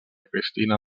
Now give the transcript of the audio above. cristina